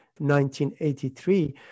1983